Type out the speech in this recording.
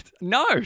no